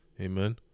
amen